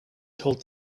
told